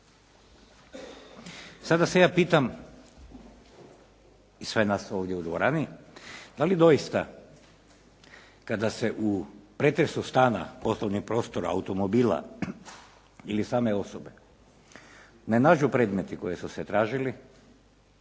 Sada se ja pitam i sve nas ovdje u dvorani da li doista kada se u pretresu stana, poslovnih prostora, automobila ili same osobe ne nađu predmeti koji su se tražili